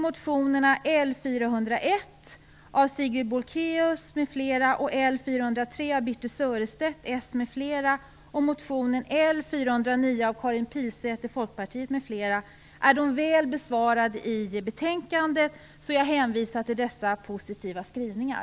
Motionerna 1994/95:L401 av Sigrid är väl besvarade i betänkandet, och jag hänvisar till dessa positiva skrivningar.